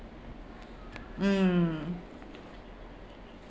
mm